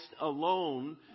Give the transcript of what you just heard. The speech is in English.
alone